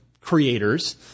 creators